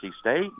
State